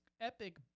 epic